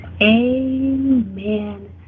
Amen